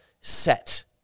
set